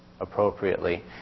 appropriately